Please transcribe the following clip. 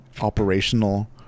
operational